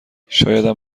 شایدم